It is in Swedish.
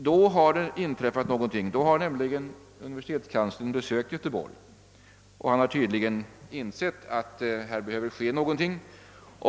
Då har någonting inträffat — universitetskanslern har nämligen besökt Göteborg och tydligen insett att här behöver ske något.